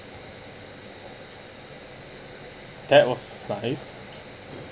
that was nice